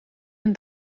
een